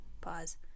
Pause